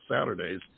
Saturdays